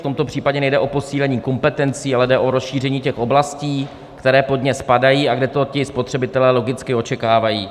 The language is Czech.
V tomto případě nejde o posílení kompetencí, ale o rozšíření těch oblastí, které pod ně spadají a kde to ti spotřebitelé logicky očekávají.